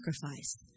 sacrifice